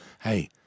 hey